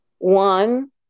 One